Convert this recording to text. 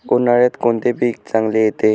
उन्हाळ्यात कोणते पीक चांगले येते?